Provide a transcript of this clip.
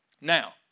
Now